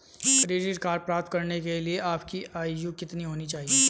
Credit card प्राप्त करने के लिए आपकी आयु कितनी होनी चाहिए?